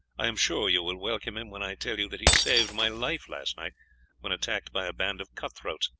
i am sure you will welcome him when i tell you that he saved my life last night when attacked by a band of cut-throats.